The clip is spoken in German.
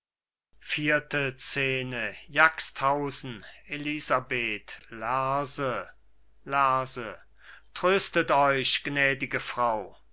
elisabeth lerse lerse tröstet euch gnädige frau